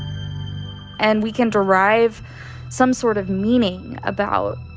and we can derive some sort of meaning about,